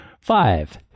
Five